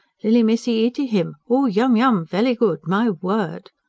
lilly missee eatee him. oh, yum, yum! velly good. my word!